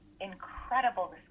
incredible